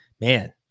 man